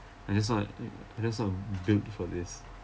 I just thought I just thought built for this